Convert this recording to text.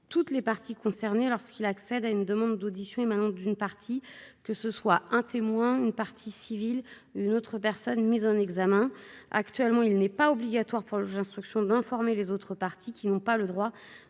toutes les parties concernées lorsqu'il accède à une demande d'audition émanant d'une partie, qu'il s'agisse d'un témoin, d'une partie civile ou d'une autre personne mise en examen. À l'heure actuelle, il n'est pas obligatoire pour le juge d'instruction d'informer les autres parties, qui n'ont pas le droit